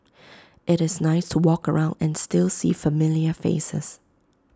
IT is nice to walk around and still see familiar faces